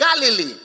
Galilee